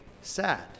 sad